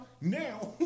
now